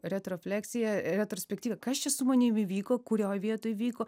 retrofleksija retrospektyva kas čia su manim įvyko kurioj vietoj vyko